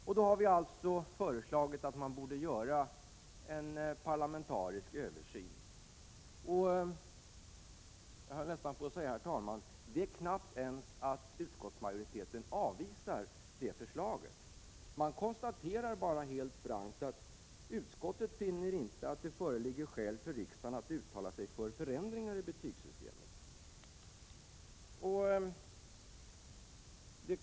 Vi har alltså föreslagit att det borde göras en parlamentarisk översyn. Jag höll nästan på att säga, herr talman, att det är knappt att utskottsmajoriteten ens avvisar det förslaget. Man konstaterar bara helt frankt att utskottet finner inte att det föreligger skäl för riksdagen att uttala sig för förändringar i betygssystemet.